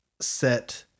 set